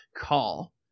call